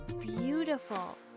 beautiful